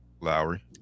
Lowry